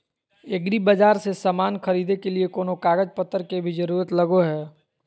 एग्रीबाजार से समान खरीदे के लिए कोनो कागज पतर के भी जरूरत लगो है?